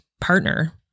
partner